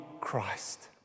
Christ